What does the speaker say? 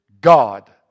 God